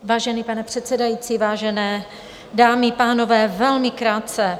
Vážený pane předsedající, vážené dámy, pánové, velmi krátce.